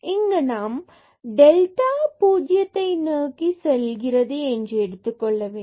இங்கு நம் delta y பூஜ்ஜியத்தை நோக்கி செல்கிறது என்று எடுத்துக்கொள்ள வேண்டும்